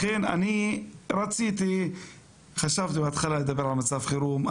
לכן, בהתחלה חשבתי לדבר על מצב חירום.